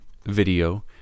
video